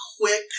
quick